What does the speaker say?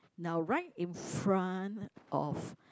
now right in front of